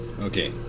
Okay